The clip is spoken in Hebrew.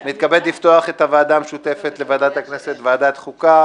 אני מתכבד לפתוח את הוועדה המשותפת לוועדת הכנסת ולוועדת החוקה,